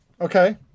Okay